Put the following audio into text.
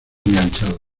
enganchado